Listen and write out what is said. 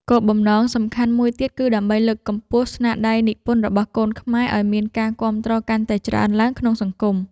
គោលបំណងសំខាន់មួយទៀតគឺដើម្បីលើកកម្ពស់ស្នាដៃនិពន្ធរបស់កូនខ្មែរឱ្យមានការគាំទ្រកាន់តែច្រើនឡើងក្នុងសង្គម។